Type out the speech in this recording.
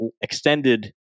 extended